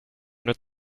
not